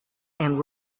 and